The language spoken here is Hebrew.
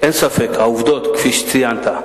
אין ספק, העובדות הן כפי שציינת.